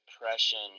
depression